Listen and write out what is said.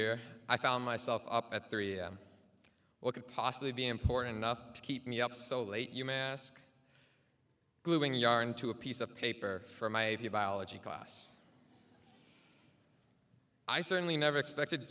year i found myself up at three am or could possibly be important enough to keep me up so late you may ask gluing yarn to a piece of paper for my biology class i certainly never expected